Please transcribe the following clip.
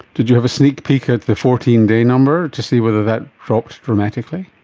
did you have a sneak peek at the fourteen day number to see whether that dropped dramatically?